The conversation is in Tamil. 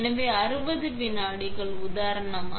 எனவே 60 விநாடிகள் உதாரணமாக